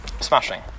Smashing